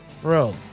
Bro